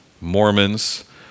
Mormons